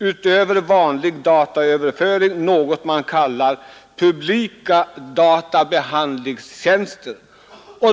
Utöver vanlig dataöverföring har man något man kallar publika databehandlingstjänster.